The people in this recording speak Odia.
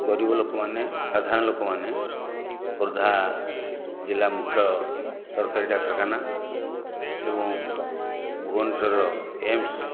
ଗରିବ ଲୋକମାନେ ସାଧାରଣ ଲୋକମାନେ ଖୋର୍ଦ୍ଧା ଜିଲ୍ଲା ମୁଖ୍ୟ ସରକାରୀ ଡାକ୍ତରଖାନା ଏବଂ ଭୁବନେଶ୍ୱର ଏମସ୍